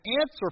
answer